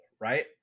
right